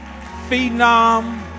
phenom